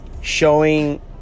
showing